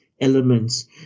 elements